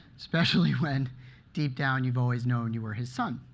especially when deep down, you've always known you were his son.